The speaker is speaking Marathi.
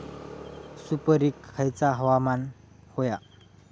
सुपरिक खयचा हवामान होया?